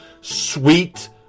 Sweet